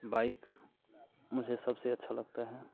bike मुझे सबसे अच्छा लगता है